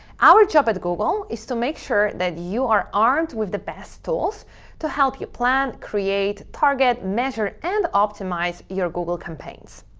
our job at google is to make sure that you are armed with the best tools to help you plan, create target, measure, and optimize your google campaigns.